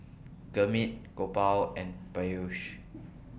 Gurmeet Gopal and Peyush